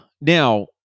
Now